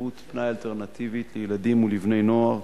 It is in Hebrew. תרבות פנאי אלטרנטיבית לילדים ולבני-נוער,